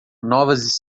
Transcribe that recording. novas